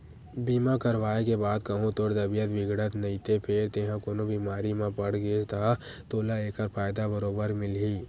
बीमा करवाय के बाद कहूँ तोर तबीयत बिगड़त नइते फेर तेंहा कोनो बेमारी म पड़ गेस ता तोला ऐकर फायदा बरोबर मिलही